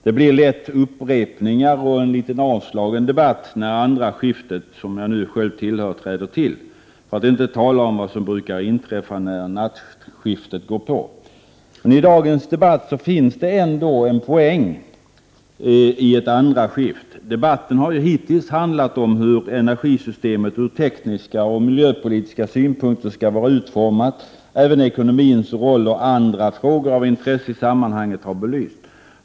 Det blir lätt upprepningar och en något avslagen debatt när den andra omgången, som jag själv ingår i, börjar — för att inte tala om vad som brukar inträffa när ”nattskiftet” sätter in. Men i dagens debatt finns det ändå en poäng med en andra omgång. Debatten har hittills handlat om hur energisystemet ur tekniska och miljöpolitiska synpunkter skall vara utformat. Även ekonomins roll och andra frågor av intresse i sammanhanget har belysts.